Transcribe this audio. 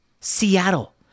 Seattle